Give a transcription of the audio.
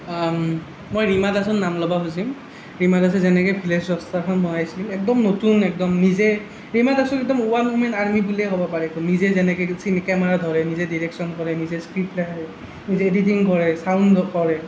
মই ৰীমা দাসৰ নাম ল'ব খুজিম ৰীমা দাসে যেনেকৈ ভিলেইজ ৰকষ্টাৰখন বনাইছিল একদম নতুন একদম নিজে ৰীমা দাসক একদম ৱান ওমেন আৰ্মি বুলিয়ে ক'ব পাৰে আপুনি নিজে যেনেকৈ কেমেৰা ধৰে নিজে ডিৰেক্সন কৰে নিজে স্ক্ৰিপ্ট লেখে নিজে এডিটিং কৰে চাউণ্ডো কৰে